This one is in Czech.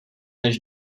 než